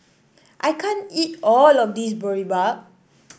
I can't eat all of this Boribap